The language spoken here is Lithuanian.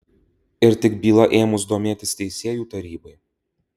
ir tik byla ėmus domėtis teisėjų tarybai